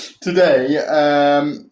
Today